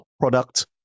product